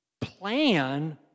plan